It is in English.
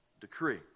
decree